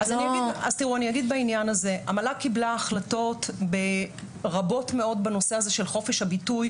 אגיד בעניין הזה: המל"ג קיבלה החלטות רבות מאוד בנושא חופש הביטוי,